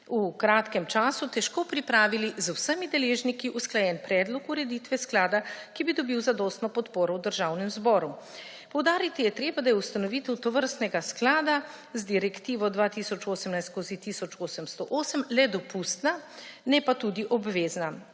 v kratkem času težko pripravili z vsemi deležniki usklajen predlog ureditve sklada, ki bi dobil zadostno podporo v Državnem zboru. Poudariti je treba, da je ustanovitev tovrstnega sklada z Direktivo 2018/1808 le dopustna, ne pa tudi obvezna